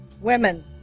women